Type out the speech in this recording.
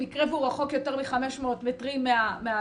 במקרה והוא רחוק יותר מ-500 מטרים מהסניף